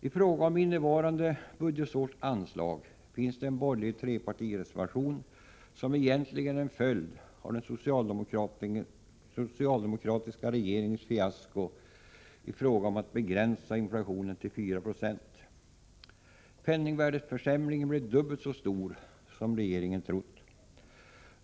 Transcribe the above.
I fråga om innevarande budgetårs anslag finns det en borgerlig trepartireservation som egentligen är en följd av den socialdemokratiska regeringens fiasko i fråga om att begränsa inflationen till 4 96. Penningvärdesförsämringen blev dubbelt så stor som regeringen trott.